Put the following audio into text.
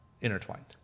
intertwined